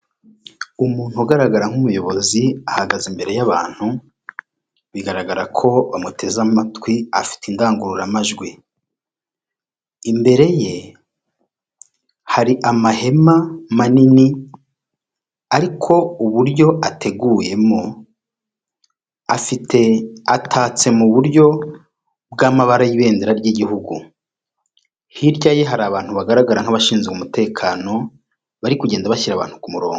Umuntu ugaragara nk'umuyobozi ahagaze imbere y'abantu bigaragara ko bamuteze amatwi afite indangururamajwi. Imbere ye hari amahema manini ariko uburyo ateguyemo afite atatse mu buryo bw'amabara y'ibendera ry'igihugu, hirya ye hari abantu bagaragara nk'abashinzwe umutekano bari kugenda bashyira abantu ku murongo.